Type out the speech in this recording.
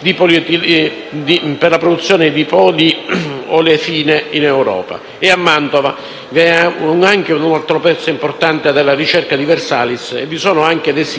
per la produzione di poliolefine in Europa; a Mantova vi è un altro pezzo importante della ricerca di Versalis e vi sono anche siti